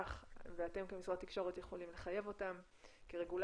ואתם כמשרד תקשורת יכולים לחייב אותם כרגולטור.